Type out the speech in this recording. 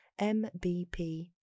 MBP